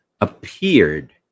appeared